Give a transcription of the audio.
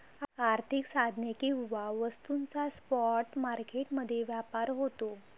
आर्थिक साधने किंवा वस्तूंचा स्पॉट मार्केट मध्ये व्यापार होतो